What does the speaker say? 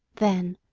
then,